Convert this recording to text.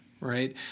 right